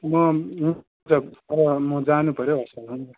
म अब म जानु पऱ्यो हस्पिटल हुन्छ